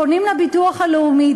ופונות לביטוח הלאומי.